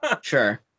Sure